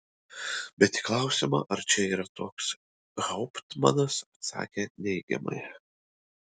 bet į klausimą ar čia yra toks hauptmanas atsakė neigiamai